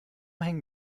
hängen